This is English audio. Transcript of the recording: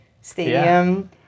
stadium